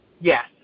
Yes